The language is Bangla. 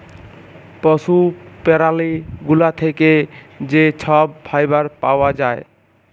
পশু প্যারালি গুলা থ্যাকে যে ছব ফাইবার পাউয়া যায়